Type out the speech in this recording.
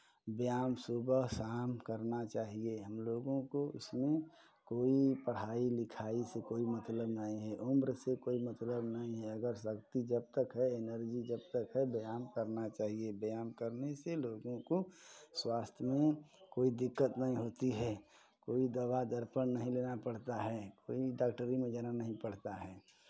व्यायाम सुबह शाम करना चाहिये हम लोगों को इसमें कोई पढ़ाई लिखाई से कोई मतलब नहीं है उम्र से कोई मतलब नहीं है अगर शक्ति जब तक है एनर्जी जब तक है व्यायाम करना चाहिये व्यायाम करने से लोगों को स्वास्थ्य में कोई दिक्कत नहीं होती है कोई दवा दर्पण नहीं लेना पड़ता है कोई डॉक्टरी में जाना नहीं पड़ता है